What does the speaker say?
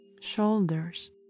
Shoulders